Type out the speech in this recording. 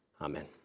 Amen